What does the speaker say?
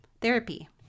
therapy